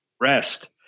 rest